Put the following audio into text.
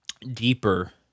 deeper